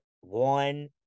one